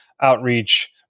outreach